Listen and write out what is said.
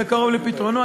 בקרוב לפתרונו.